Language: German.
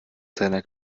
seiner